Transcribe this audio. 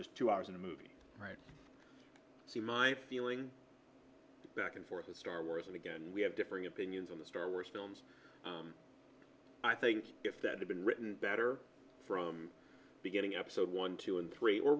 just two hours in a movie see my feeling back and forth as star wars and again we have differing opinions on the star wars films i think if that had been written better from beginning episode one two and three or